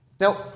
Now